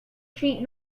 treat